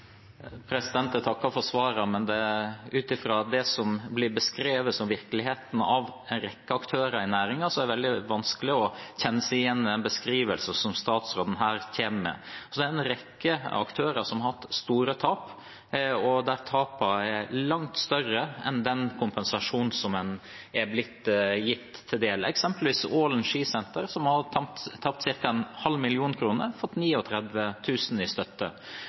blir beskrevet som virkeligheten av en rekke aktører i næringen, er det veldig vanskelig å kjenne seg igjen i den beskrivelsen statsråden her kommer med. En rekke aktører har hatt store tap, langt større tap enn den kompensasjonen en er blitt gitt. Eksempelvis har Ålen skisenter tapt ca. 0,5 mill. kr, men fått 39 000 kr i støtte. Strandafjellet tapte ca. to tredjedeler av sesongomsetningen da påsken røk, men har fått bare en veldig liten andel i støtte.